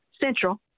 Central